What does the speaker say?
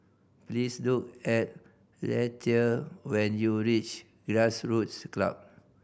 please look at Lethia when you reach Grassroots Club